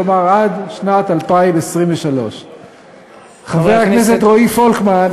כלומר עד שנת 2023. חבר הכנסת רועי פולקמן.